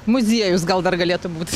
muziejus gal dar galėtų būt